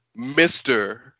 Mr